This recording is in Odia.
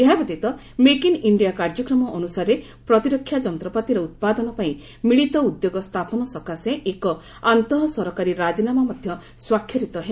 ଏହାବ୍ୟତୀତ ମେକ୍ ଇନ୍ ଇଞ୍ଜିଆ କାର୍ଯ୍ୟକ୍ରମ ଅନୁସାରେ ପ୍ରତିରକ୍ଷା ଯନ୍ତପାତିର ଉତ୍ପାଦନ ପାଇଁ ମିଳିତ ଉଦ୍ୟୋଗ ସ୍ଥାପନ ସକାଶେ ଏକ ଆନ୍ତଃ ସରକାରୀ ରାଜିନାମା ମଧ୍ୟ ସ୍ୱାକ୍ଷରିତ ହେବ